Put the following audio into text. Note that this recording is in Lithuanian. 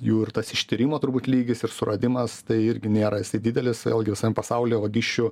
jų ir tas ištyrimo turbūt lygis ir suradimas tai irgi nėra jisai didelis vėlgi visam pasaulyje vagysčių